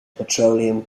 petroleum